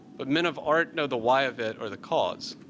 but men of art know the why of it or the cause.